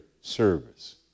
service